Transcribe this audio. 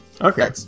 Okay